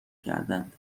کردند